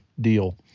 deal